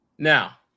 now